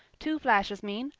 two flashes mean,